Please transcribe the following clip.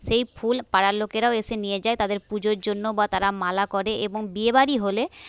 সেই ফুল পাড়ার লোকেরাও এসে নিয়ে যায় তাদের পুজোর জন্য বা তারা মালা করে এবং বিয়েবাড়ি হলে